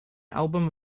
album